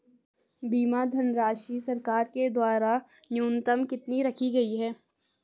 बीमा धनराशि सरकार के द्वारा न्यूनतम कितनी रखी गई है?